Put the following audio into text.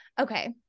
Okay